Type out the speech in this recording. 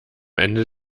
ende